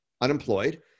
unemployed